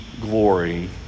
glory